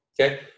okay